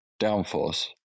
downforce